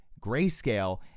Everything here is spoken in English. Grayscale